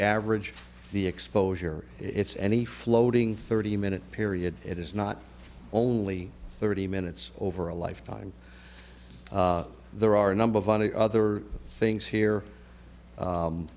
average the exposure it's any floating thirty minute period it is not only thirty minutes over a lifetime there are a number of funny other things here